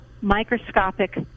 microscopic